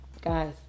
guys